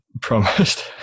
promised